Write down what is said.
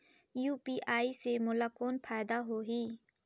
UPI से मोला कौन फायदा होही?